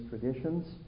traditions